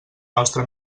nostre